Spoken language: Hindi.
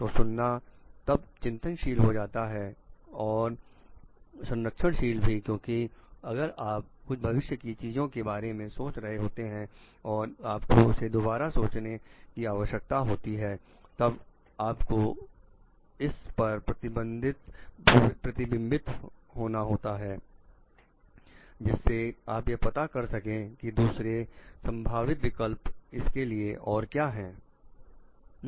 तो सुनना तब चिंतनशील हो जाता है और संरक्षण शील भी क्योंकि अगर आप कुछ भविष्य की चीजों के बारे में सोच रहे होते हैं और आपको उसे दोबारा सोचने की आवश्यकता होती है तब आप को इस पर प्रतिबिंबित होना होता है जिससे आप यह पता कर सके कि दूसरे संभावित विकल्प इसके लिए और क्या है